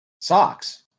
socks